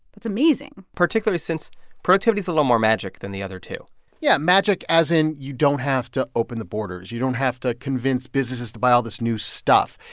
that's amazing particularly since productivity's a little more magic than the other two yeah, magic as in, you don't have to open the borders. you don't have to convince businesses to buy all this new stuff.